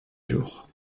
jour